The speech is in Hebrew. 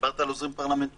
דיברת על עוזרים פרלמנטריים.